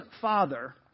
father